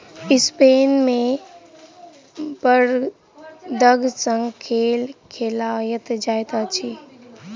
Spain मे बड़दक संग खेल खेलायल जाइत अछि